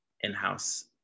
in-house